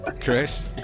Chris